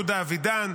יהודה אבידן,